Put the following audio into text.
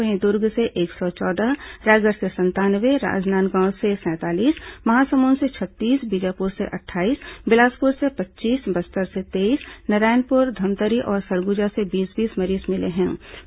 वहीं दुर्ग से एक सौ चौदह रायगढ़ से संतानवे राजनांदगांव से सैंतालीस महासमुंद से छत्तीस बीजापुर से अट्ठाईस बिलासपुर से पच्चीस बस्तर से तेईस नारायणपुर धमतरी और सरगुजा से बीस बीस मरीज मिले थे